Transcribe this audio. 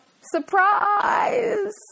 Surprise